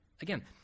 Again